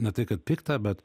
ne tai kad pikta bet